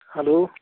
hello